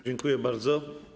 Dziękuję bardzo.